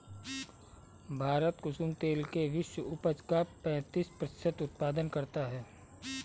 भारत कुसुम तेल के विश्व उपज का पैंतीस प्रतिशत उत्पादन करता है